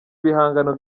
ibihangano